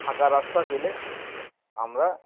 ফাঁকা রাস্তা পেলে আমরা